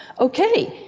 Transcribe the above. ok,